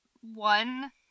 One